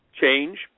change